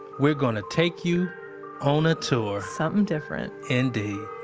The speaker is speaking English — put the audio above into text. we're going to take you on a tour something different indeed.